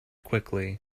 quickly